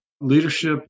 leadership